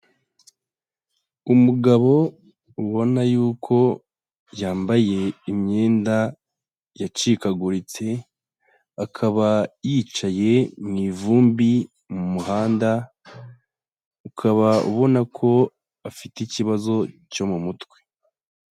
Umugabo ubona yuko yambaye imyenda yacikaguritse, akaba yicaye mu ivumbi mu muhanda, ukaba ubona ko afite ikibazo cyo mu mutwe.